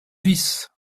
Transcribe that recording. vis